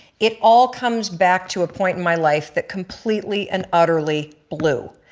it all comes back to a point in my life that completely and utterly blew.